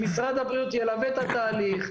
שמשרד הבריאות ילווה את התהליך,